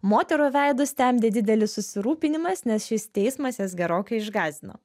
moterų veidus temdė didelis susirūpinimas nes šis teismas jas gerokai išgąsdino